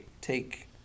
take